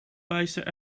bijster